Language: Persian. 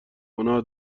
گناه